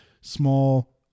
small